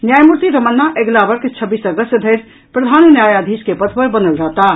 न्यायमूर्ति रमन्ना अगिला वर्ष छब्बीस अगस्त धरि प्रधान न्यायाधीश के पद पर बनल रहताह